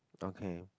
okay